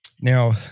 now